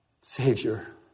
savior